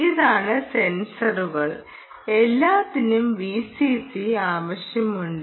ഇതാണ് സെൻസറുകൾ എല്ലാത്തിനും വിസിസി ആവശ്യമുണ്ട്